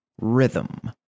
Rhythm